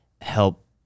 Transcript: help